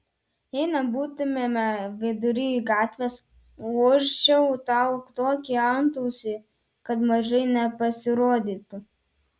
jei nebūtumėme vidury gatvės vožčiau tau tokį antausį kad mažai nepasirodytų